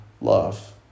love